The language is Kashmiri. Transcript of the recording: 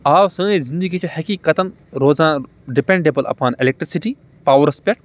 آ سٲنۍ زندگی چھے خقیقتاً روزان ڈِپینڈِبل اَپان اِلیکٹرِسٹی پاورس پیٹھ